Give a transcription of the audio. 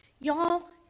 Y'all